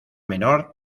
menor